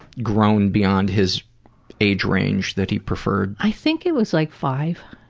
grown beyond his age range that he preferred? i think it was like five.